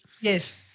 Yes